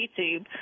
YouTube